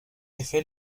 effet